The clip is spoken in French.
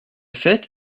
fait